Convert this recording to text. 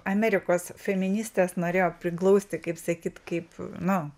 amerikos feministės norėjo priglausti kaip sakyt kaip nu